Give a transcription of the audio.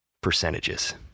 percentages